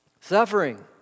Suffering